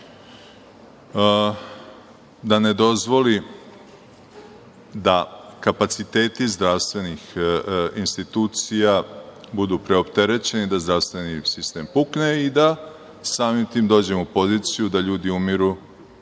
da ne dozvoli da kapaciteti zdravstvenih institucija budu preopterećeni, da zdravstveni sistem pukne i da samim tim dođemo u poziciju da ljudi umiru